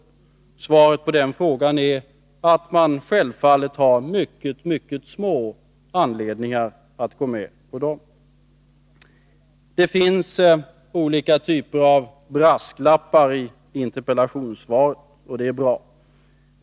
Svaret på den frågan är att man självfallet har mycket små anledningar att gå med på dem. Det finns olika typer av brasklappar i interpellationssvaret, och det är bra.